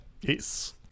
Yes